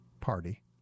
party